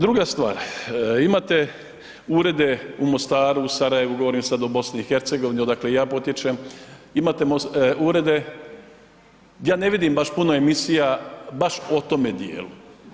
Druga stvar, imate urede u Mostaru, u Sarajevu, govorim sad o BiH-u odakle i ja potječem, imate urede, ja ne vidim baš puno emisija baš o tome djelu.